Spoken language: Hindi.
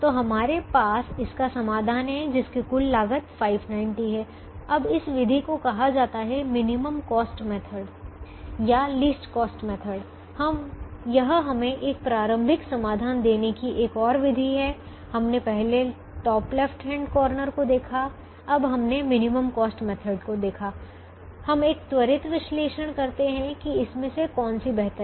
तो हमारे पास इसका समाधान है जिसकी कुल लागत 590 है अब इस विधि को कहा जाता है मिनिमम कॉस्ट मेथड मतलब न्यूनतम लागत विधि या लीस्ट कॉस्ट मेथड यह हमें एक प्रारंभिक समाधान देने की एक और विधि है हमने पहले टॉप लेफ्ट कार्नर रूल को देखा अब हमने मिनिमम कॉस्ट मेथड को देखा है हम एक त्वरित विश्लेषण करते है कि इनमें से कौनसी बेहतर है